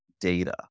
data